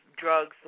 drugs